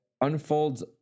unfolds